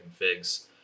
configs